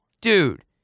dude